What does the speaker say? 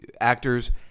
actors